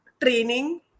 training